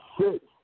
six